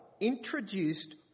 introduced